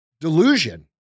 delusion